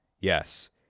Yes